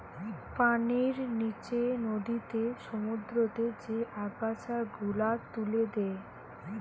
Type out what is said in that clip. পানির নিচে নদীতে, সমুদ্রতে যে আগাছা গুলা তুলে দে